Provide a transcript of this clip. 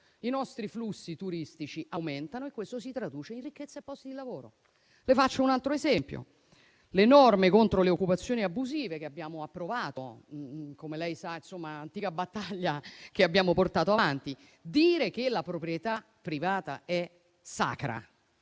i nostri flussi turistici aumentano e questo si traduce in ricchezza e posti di lavoro. Le faccio un altro esempio: le norme contro le occupazioni abusive che abbiamo approvato, come sa, derivano da un'antica battaglia che abbiamo portato avanti. Dire che la proprietà privata è sacra,